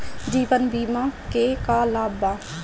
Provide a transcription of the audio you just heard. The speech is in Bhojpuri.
जीवन बीमा के का लाभ बा?